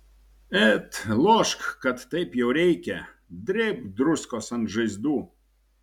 et lošk kad taip jau reikia drėbk druskos ant žaizdų